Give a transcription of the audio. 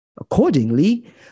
Accordingly